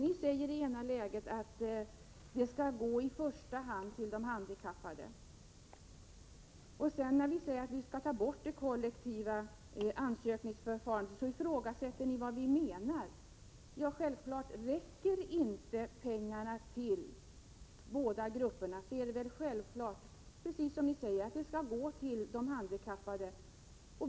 Ni säger å ena sidan att det i första hand skall gå till de handikappade. När vi kräver att det kollektiva ansökningsförfarandet skall avskaffas, ifrågasätter ni å andra sidan syftet med detta. Men om pengarna inte räcker till för båda grupperna, skall pengarna självfallet, precis som ni säger, gå till de handikappade.